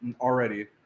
already